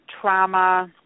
trauma